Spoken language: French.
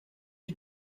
les